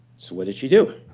so what did she do?